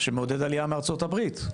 שמעודד עלייה מארצות הברית,